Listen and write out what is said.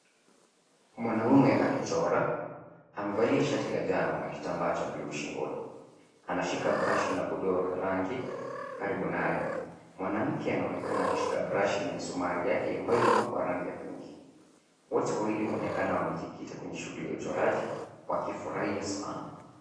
Mwanaume akichora, amevalia shati la njano na kitambaa cha buluu shingoni. Anashika brashi na ndoo la rangi karibu naye. Mwanamke anaonekana akishika brashi na misumari yake ambayo imepakwa rangi ya pinki. Wote wawili wanaonekana wamejikita kwenye shughuli ya uchoraji wakifurahia sana.